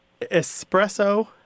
espresso